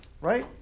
right